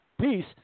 Peace